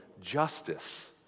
justice